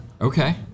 Okay